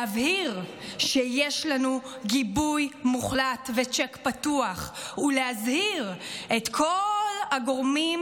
להבהיר שיש לנו גיבוי מוחלט וצ'ק פתוח ולהזהיר את כל הגורמים